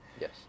Yes